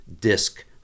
disc